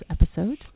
episode